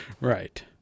Right